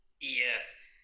Yes